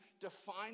define